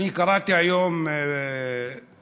אני קראתי היום כותרת: